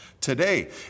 today